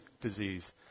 disease